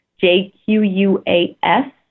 J-Q-U-A-S